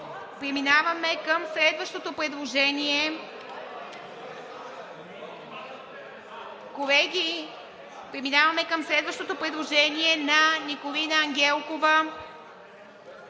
преминаваме към следващото предложение на Николина Ангелкова